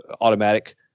automatic